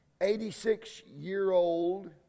86-year-old